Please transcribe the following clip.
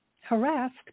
harassed